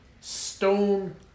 stone